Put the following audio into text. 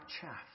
chaff